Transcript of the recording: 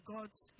God's